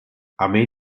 armee